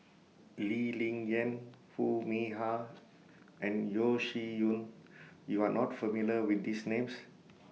Lee Ling Yen Foo Mee Har and Yeo Shih Yun YOU Are not familiar with These Names